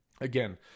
again